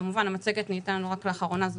כמובן המצגת ניתנה לנו רק לאחרונה,